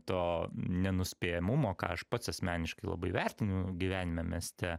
to nenuspėjamumo ką aš pats asmeniškai labai vertinu gyvenime mieste